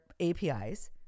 APIs